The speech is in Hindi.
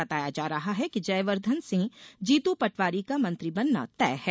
बताया जा रहा है कि जयवर्धन सिंह जीतू पटवारी का मंत्री बनना तय है